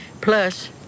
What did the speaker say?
plus